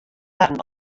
harren